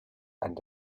and